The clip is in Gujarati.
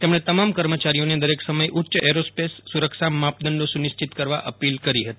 તેમણે તમામ કર્મચારીઓને દરેક સમયે ઊચ્ય એરોસ્પેસ સુરક્ષા માપદંડી સુનિશ્ચિત કરવા અપીલ કરી હતી